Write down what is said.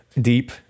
deep